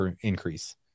increase